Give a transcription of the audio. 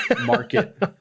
Market